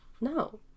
No